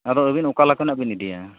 ᱟᱫᱚ ᱟᱵᱤᱱ ᱚᱠᱟ ᱞᱮᱠᱟᱱᱟᱜ ᱵᱤᱱ ᱤᱫᱤᱭᱟ